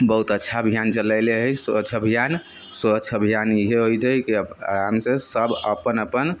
बहुत अच्छा अभियान चलेलै है स्वच्छ अभियान स्वच्छ अभियान इएह होइत है कि आराम से सभ अपन अपन